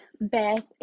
beth